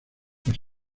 los